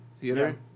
Theater